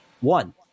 one